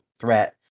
threat